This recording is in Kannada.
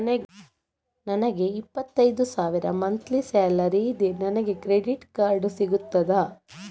ನನಗೆ ಇಪ್ಪತ್ತೈದು ಸಾವಿರ ಮಂತ್ಲಿ ಸಾಲರಿ ಇದೆ, ನನಗೆ ಕ್ರೆಡಿಟ್ ಕಾರ್ಡ್ ಸಿಗುತ್ತದಾ?